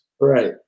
right